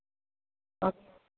ఒక్